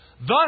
Thus